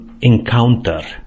encounter